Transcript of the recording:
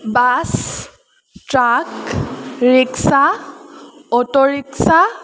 bus truck rickshaw auto rickshaw